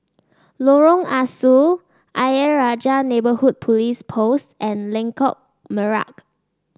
Lorong Ah Soo Ayer Rajah Neighbourhood Police Post and Lengkok Merak